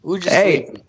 hey